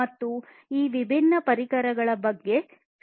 ಮತ್ತು ಈ ವಿಭಿನ್ನ ಪರಿಕರಗಳ ಬಗ್ಗೆ ಶಿಕ್ಷಕರ ಪಾತ್ರವನ್ನು ಕಲಿಸುತ್ತವೆ